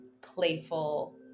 playful